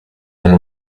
and